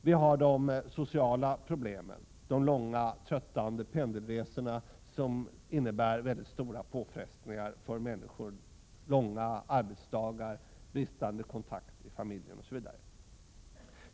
Vi har de sociala problemen — långa tröttande pendelresor som innebär väldigt stora påfrestningar för människor, långa arbetsdagar, bristande kontakt med familjen osv.